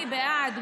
מי בעד,